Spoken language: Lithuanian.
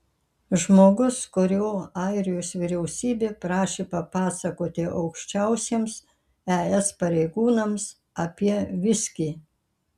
žmogus kurio airijos vyriausybė prašė papasakoti aukščiausiems es pareigūnams apie viskį